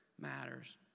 matters